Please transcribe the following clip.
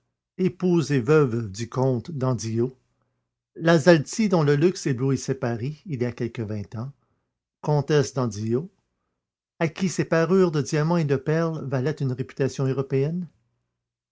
et veuve du comte d'andillot la zalti dont le luxe éblouissait paris il y a quelque vingt ans la zalti comtesse d'andillot à qui ses parures de diamants et de perles valaient une réputation européenne